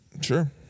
Sure